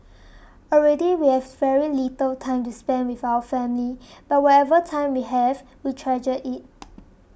already we have very little time to spend with our family but whatever time we have we treasure it